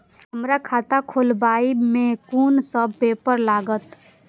हमरा खाता खोलाबई में कुन सब पेपर लागत?